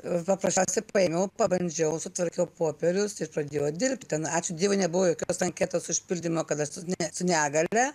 paprasčiausiai paėmiau pabandžiau sutvarkiau popierius ir pradėjau dirbti ačiū dievui nebuvo jokios anketos užpildymo kad aš net su negalia